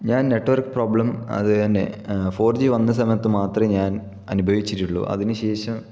ഞാൻ network problem അതുതന്നെ four G വന്ന സമയത്ത് മാത്രമേ ഞാൻ അനുഭവിച്ചിട്ടുള്ളൂ അതിന് ശേഷം